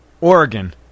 Oregon